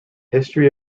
history